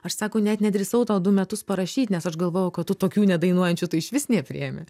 aš sako net nedrįsau tau du metus parašyt nes aš galvojau kad tu tokių nedainuojančių tai išvis nepriimi